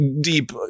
deep